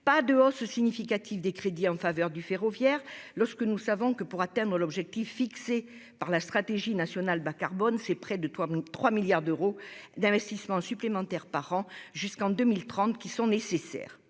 pas de hausse significative des crédits en faveur du ferroviaire, alors que, pour atteindre l'objectif fixé par la stratégie nationale bas-carbone, près de 3 milliards d'euros d'investissements supplémentaires par an seraient nécessaires